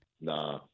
Nah